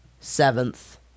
seventh